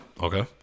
Okay